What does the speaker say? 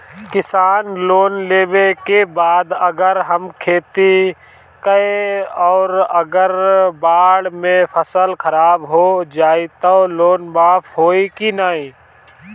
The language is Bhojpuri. किसान लोन लेबे के बाद अगर हम खेती कैलि अउर अगर बाढ़ मे फसल खराब हो जाई त लोन माफ होई कि न?